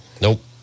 Nope